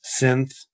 synth